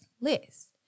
list